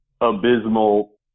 abysmal